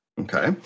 Okay